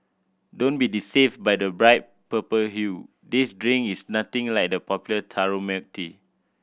don't be deceived by the bright purple hue this drink is nothing like the popular taro milk tea